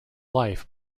life